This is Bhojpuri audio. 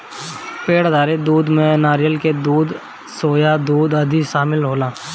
पेड़ आधारित दूध में नारियल के दूध, सोया दूध आदि शामिल होला